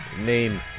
name